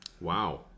Wow